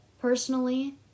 personally